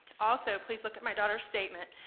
also, please look at my daughter's statement,